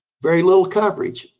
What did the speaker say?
very little coverage.